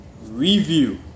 review